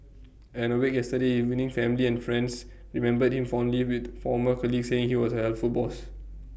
at the wake yesterday evening family and friends remembered him fondly with former colleagues saying he was A helpful boss